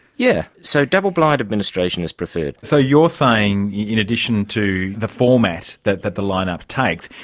yeah so double-blind administration is preferred. so you're saying in addition to the format that that the line-up takes,